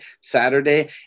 Saturday